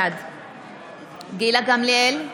בעד גילה גמליאל,